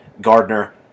Gardner